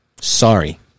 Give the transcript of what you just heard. Sorry